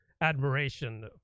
admiration